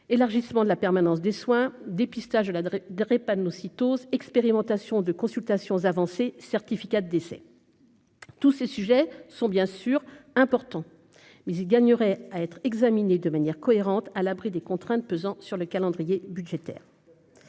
élargissement de la permanence des soins dépistage la drépanocytose expérimentation de consultations avancées certificat de décès tous ces sujets sont bien sûr importants mais il gagnerait à être examinées de manière cohérente à l'abri des contraintes pesant sur le calendrier budgétaire